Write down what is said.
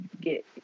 get